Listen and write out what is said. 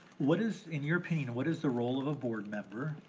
what is, in you opinion, what is the role of a board member?